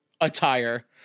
attire